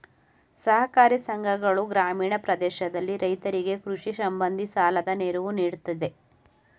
ಸಹಕಾರಿ ಸಂಘಗಳು ಗ್ರಾಮೀಣ ಪ್ರದೇಶದಲ್ಲಿ ರೈತರಿಗೆ ಕೃಷಿ ಸಂಬಂಧಿ ಸಾಲದ ನೆರವು ನೀಡುತ್ತಿದೆ